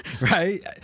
Right